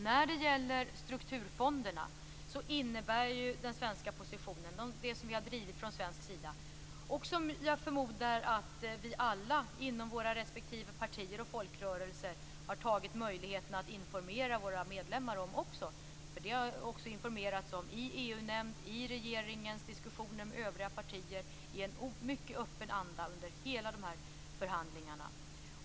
När det gäller strukturfonderna förmodar jag att vi alla inom våra respektive partier och folkrörelser har tagit möjligheten att informera våra medlemmar om den svenska positionen. Det har informerats om den i EU-nämnden och i regeringens diskussioner med övriga partier i en mycket öppen anda under hela förhandlingstiden.